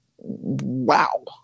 wow